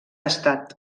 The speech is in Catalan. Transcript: estat